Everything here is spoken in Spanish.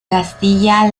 castilla